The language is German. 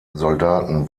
soldaten